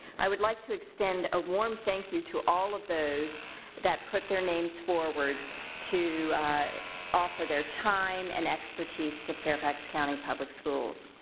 i would like to extend a warm thank you to all of those that put their names forward to offer their time and expertise to fairfax county public schools.